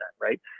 right